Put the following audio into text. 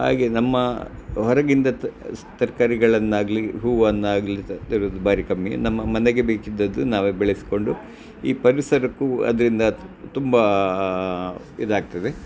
ಹಾಗೆ ನಮ್ಮ ಹೊರಗಿಂದ ತರಕಾರಿಗಳನ್ನಾಗ್ಲಿ ಹೂವನ್ನಾಗಲಿ ತರೋದು ಭಾರಿ ಕಮ್ಮಿ ನಮ್ಮ ಮನೆಗೆ ಬೇಕಿದ್ದದ್ದು ನಾವೇ ಬೆಳೆಸಿಕೊಂಡು ಈ ಪರಿಸರಕ್ಕೂ ಅದರಿಂದ ತುಂಬ ಇದಾಗ್ತದೆ